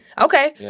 okay